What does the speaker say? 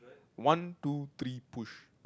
one two three push